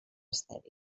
estèrils